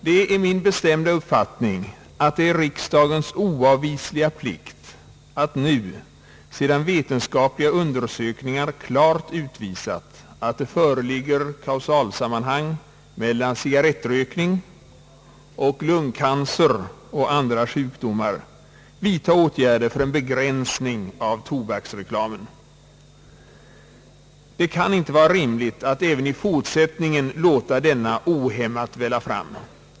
Det är min bestämda uppfattning att det är riksdagens oavvisliga plikt att nu, sedan vetenskapliga undersökningar klart har utvisat att det föreligger kausalsammanhang mellan cigarrettrökning och lungcancer jämte andra sjukdomar, vidtaga åtgärder för en begränsning av tobaksreklamen. Det kan inte vara rimligt att även i fortsättningen låta denna reklam ohämmat välla fram.